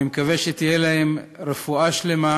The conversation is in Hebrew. אני מקווה שתהיה להן רפואה שלמה,